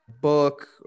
book